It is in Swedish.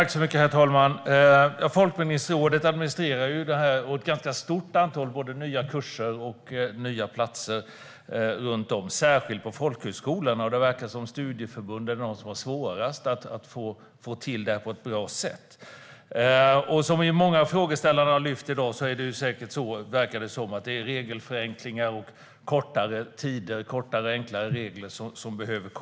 Herr talman! Folkbildningsrådet administrerar detta. Ett ganska stort antal nya kurser och platser har skapats runt om i landet, särskilt på folkhögskolor. Studieförbunden verkar vara de som har svårast att få till detta på ett bra sätt. Som många av frågeställarna i dag har varit inne på verkar det vara regelförenklingar och kortare tider som krävs.